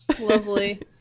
lovely